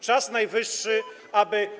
Czas najwyższy, aby